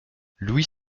louis